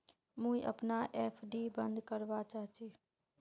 मुई अपना एफ.डी बंद करवा चहची